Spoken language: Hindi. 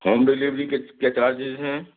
होम डिलेवरी के क्या चार्जेज़ हैं